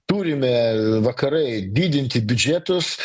turime vakarai didinti biudžetus